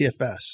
TFS